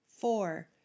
Four